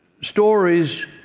stories